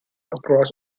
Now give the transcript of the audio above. across